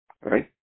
right